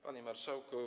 Panie Marszałku!